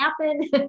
happen